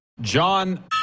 John